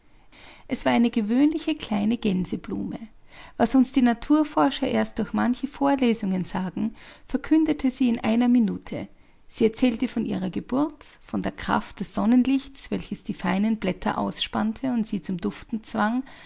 es war eine gewöhnliche kleine gänseblume was uns die naturforscher erst durch manche vorlesungen sagen verkündete sie in einer minute sie erzählte von ihrer geburt von der kraft des sonnenlichts welches die feinen blätter ausspannte und sie zum duften zwang